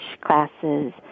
classes